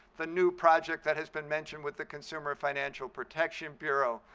the new project that has been mentioned with the consumer financial protection bureau,